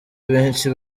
benshi